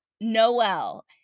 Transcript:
Noel